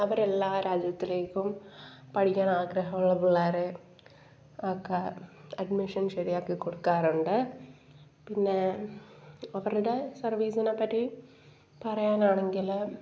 അവരെല്ലാം രാജ്യത്തിലേക്കും പഠിക്കാനാഗ്രഹമുള്ള പിള്ളാരെ ഒക്കെ അഡ്മിഷൻ ശരിയാക്കി കൊടുക്കാറുണ്ട് പിന്നെ അവരുടെ സർവീസിനെപ്പറ്റി പറയാനാണെങ്കിൽ